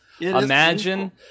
imagine